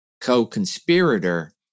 co-conspirator